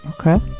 Okay